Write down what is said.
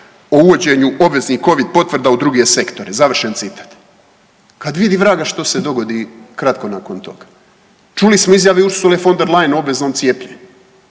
o uvođenju obveznih covid potvrda u druge sektore. Završen citat. Kad vidi vraga što se dogodi kratko nakon toga. Čuli smo izjave i Ursule von der Leyen o obveznom cijepljenju.